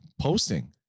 posting